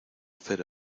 hacer